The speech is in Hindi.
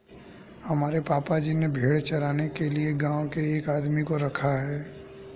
हमारे पापा जी ने भेड़ चराने के लिए गांव के एक आदमी को रखा है